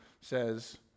says